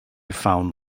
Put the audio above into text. found